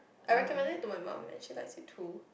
I recommended it to my mum as she likes it to